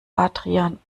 adrian